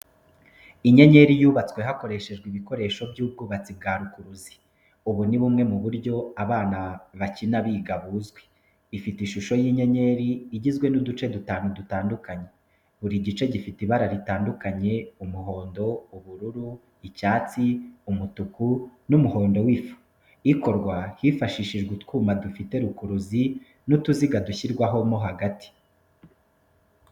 Inyenyeri yubatswe hakoreshejwe ibikoresho by’ubwubatsi bwa rukuruzi. Ubu ni bumwe mu buryo abana bakina biga, buzwi. Ifite ishusho y’inyenyeri igizwe n’uduce dutanu dutandukanye. Buri gice gifite ibara ritandukanye umuhondo, ubururu, icyatsi, umutuku n’umuhondo w’ifu. Ikorwa hifashishijwe utwuma dufite rukuruzi na utuziga dushyirwaho hagati.